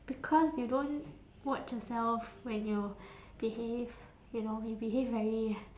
because you don't watch yourself when you behave you know you behave very